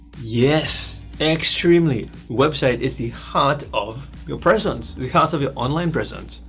yes extremely! website is the heart of your presence, the heart of your online presence.